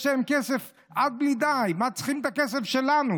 יש להם כסף עד בלי די, מה הם צריכים את הכסף שלנו?